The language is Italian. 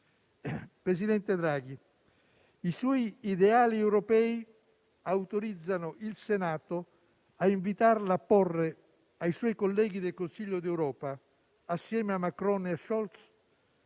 Presidente Draghi, i suoi ideali europei autorizzano il Senato a invitarla a porre ai suoi colleghi del Consiglio europeo, assieme a Macron e Sholtz,